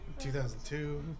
2002